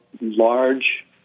large